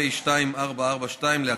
פ/2442,